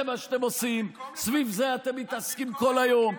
זה מה שאתם עושים, סביב זה אתם מתעסקים כל היום.